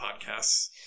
podcasts